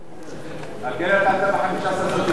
הכינרת עלתה ב-15 סנטימטר.